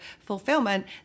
fulfillment